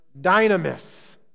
dynamis